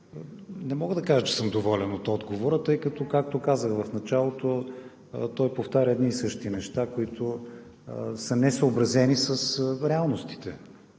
не мога да кажа, че съм доволен от отговора, тъй като, както казах в началото, той повтаря едни и същи неща, които са несъобразени с реалностите.